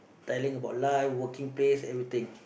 telling about life working place everything